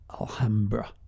Alhambra